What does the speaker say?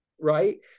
right